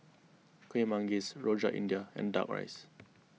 Kueh Manggis Rojak India and Duck Rice